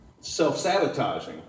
self-sabotaging